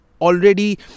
already